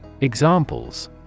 Examples